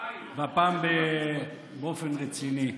והפעם באופן רציני.